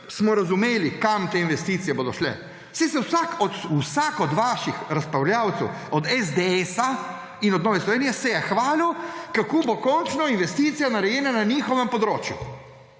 smo razumeli, kam te investicije bodo šle, saj se je vsak od vaših razpravljavcev, od SDS in od Nove Slovenije, hvalil, kako bo končno investicija narejena na njihovem obočju.